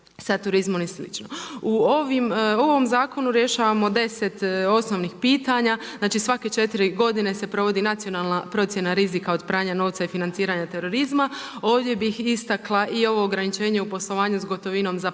U ovom zakonu rješavamo 10 osnovnih pitanja, znači svake 4 godine se provodi nacionalna procjena rizika od pranja novca i financiranja terorizma, ovdje bih istakla i ovo ograničenje o poslovanju s gotovinom za pravne